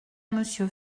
monsieur